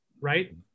right